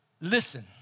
listen